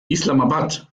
islamabad